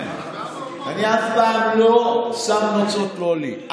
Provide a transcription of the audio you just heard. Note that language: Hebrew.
אני אף פעם לא שם נוצות לא לי.